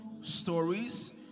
stories